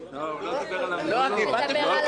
הוא לא מדבר על כסף.